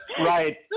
Right